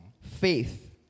faith